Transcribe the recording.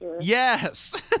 Yes